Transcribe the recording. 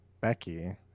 Becky